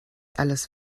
alles